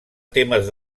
temes